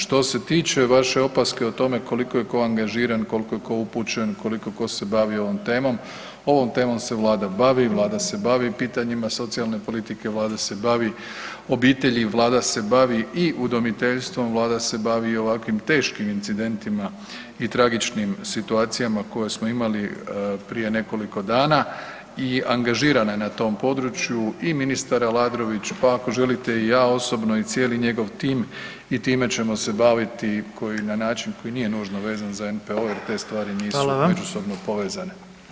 Što se tiče vaše opaske o tome koliko je tko angažiran, koliko je tko upućen, koliko tko se bavi ovom temom, ovom temom se Vlada bavi, Vlada se bavi pitanjima socijalne politike, Vlada se bavi obitelji, Vlada se bavi i udomiteljstvom, Vlada se bavi i ovakvim teškim incidentima i tragičnim situacijama koje smo imali prije nekoliko dana i angažirana je na tom području i ministar Aladrović, pa ako želite, i ja osobno i cijeli njegov tim i time ćemo se baviti koji, na način koji nije nužno vezan za NPOO jer te stari nisu međusobno povezane.